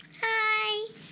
Hi